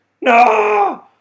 No